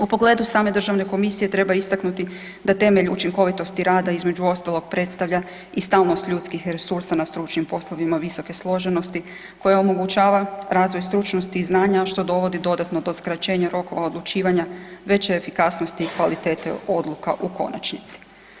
U pogledu same Državne komisije treba istaknuti da temelj učinkovitosti rada između ostalog predstavlja i stalnost ljudskih resursa na stručnim poslovima visoke složenosti koja omogućava razvoj stručnosti i znanja što dovodi dodatno do skraćenja rokova odlučivanja veće efikasnosti i kvalitete odluka u konačnici.